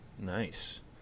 nice